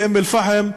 באום-אלפחם,